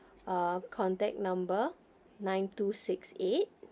uh contact number nine two six eight